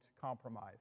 compromise